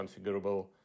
configurable